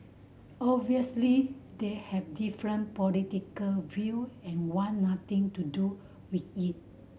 obviously they have different political view and want nothing to do with it